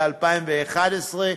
ב-2011,